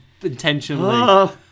intentionally